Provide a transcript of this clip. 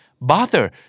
Bother